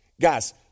Guys